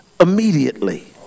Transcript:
immediately